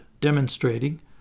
demonstrating